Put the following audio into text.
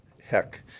heck